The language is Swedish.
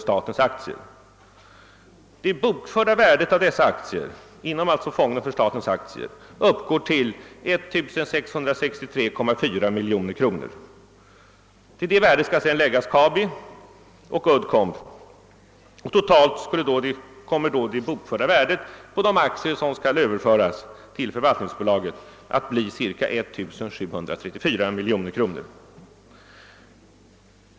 Det bokförda värdet av dessa aktier — inom fonden för statens aktier alltså — uppgår till 1 663,4 miljoner kronor. Till det värdet skall sedan läggas Kabi och Uddcomb. Totalt kommer då det bokförda värdet på de aktier som skall överföras till förvaltningsbolaget att bli cirka 1734 miljoner kronor.